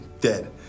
dead